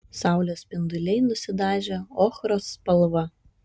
saulės spinduliai nusidažė ochros spalva